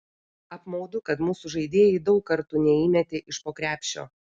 apmaudu kad mūsų žaidėjai daug kartų neįmetė iš po krepšio